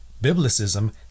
biblicism